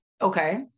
Okay